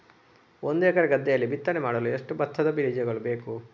ಒಂದು ಎಕರೆ ಗದ್ದೆಯಲ್ಲಿ ಬಿತ್ತನೆ ಮಾಡಲು ಎಷ್ಟು ಭತ್ತದ ಬೀಜಗಳು ಬೇಕು?